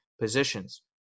positions